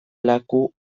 laku